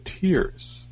tears